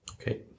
Okay